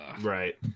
Right